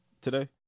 today